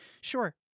Sure